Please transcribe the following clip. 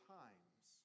times